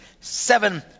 seven